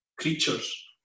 creatures